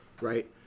right